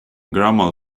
grammar